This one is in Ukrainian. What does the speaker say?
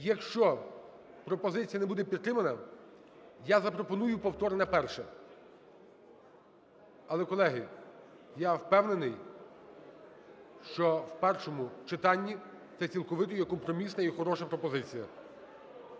Якщо пропозиція не буде підтримана, я запропоную повторне перше. Але, колеги, я впевнений, що в першому читанні це цілковито є компромісна і хороша пропозиція.